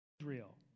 Israel